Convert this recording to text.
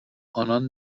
آنان